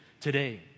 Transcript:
today